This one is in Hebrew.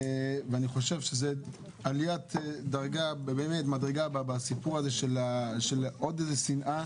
ואני חושב שזה עליית מדרגה בסיפור הזה של עוד איזה שנאה.